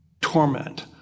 torment